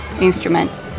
instrument